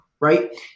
right